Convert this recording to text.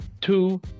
two